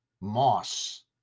Moss